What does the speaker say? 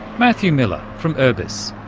matthew miller from urbis.